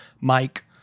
Mike